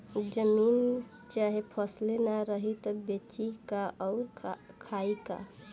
जमीने चाहे फसले ना रही त बेची का अउर खाई का